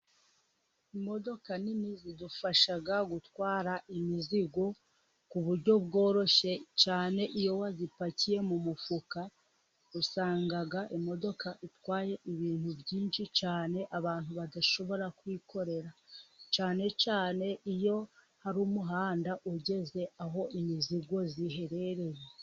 Imodoka nini zidufasha gutwara imizigo ku buryo bworoshye cyane, iyo wayipakiye mu mufuka, usanga imodoka itwaye ibintu byinshi cyane, abantu badashobora kwikorera, cyane cyane iyo hari umuhanda ugeze aho imizigo iherereye.